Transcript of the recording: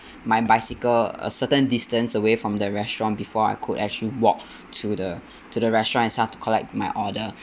my bicycle a certain distance away from the restaurant before I could actually walk to the to the restaurant itself to collect my order